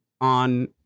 on